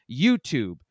YouTube